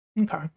Okay